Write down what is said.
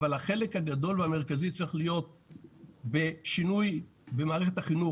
אבל החלק הגדול והמרכזי צריך להיות בשינוי במערכת החינוך,